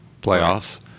playoffs